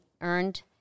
earned